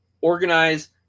organize